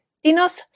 dinos